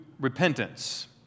repentance